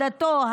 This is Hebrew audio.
דתו,